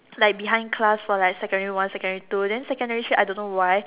like behind class for like secondary one secondary two then secondary three I don't know why